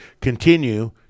continue